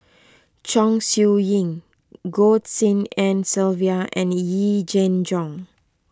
Chong Siew Ying Goh Tshin En Sylvia and Yee Jenn Jong